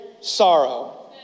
sorrow